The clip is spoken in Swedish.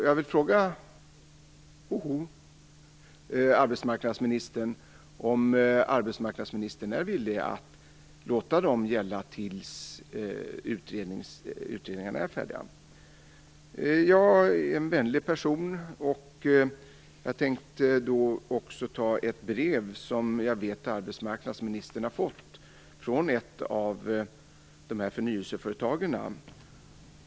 Jag vill fråga arbetsmarknadsministern om hon är villig att låta dessa reglerna gälla till dess att utredningarna är klara. Jag är en vänlig person, och jag tänkte ta upp ett brev som jag vet att arbetsmarknadsministern har fått från ett av dessa förnyelseföretag.